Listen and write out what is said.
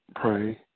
pray